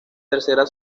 tercera